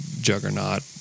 juggernaut